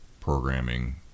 programming